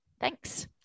Thanks